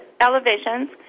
elevations